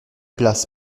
place